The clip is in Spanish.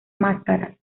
máscaras